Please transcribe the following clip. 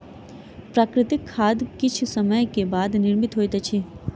प्राकृतिक खाद किछ समय के बाद निर्मित होइत अछि